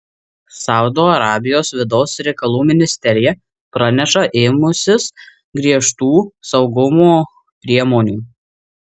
saudo arabijos vidaus reikalų ministerija praneša ėmusis griežtų saugumo priemonių